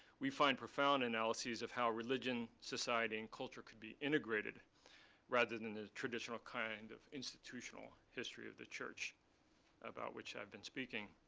we find profound and analyzes of how religion, society, and culture could be integrated rather than the traditional kind of institutional history of the church about which i've been speaking.